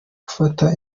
gufata